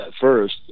first